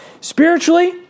Spiritually